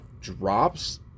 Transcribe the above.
drops